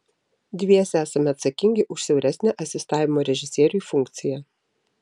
dviese esame atsakingi už siauresnę asistavimo režisieriui funkciją